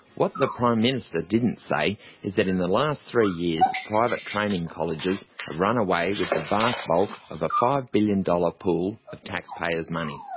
what the prime minister didn't say is that in the last three years private training colleges have run away with the vast bulk of a five billion dollars pool of taxpayers' money.